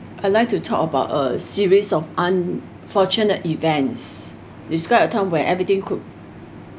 I'd like to talk about a series of unfortunate events describe a time where everything could